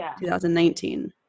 2019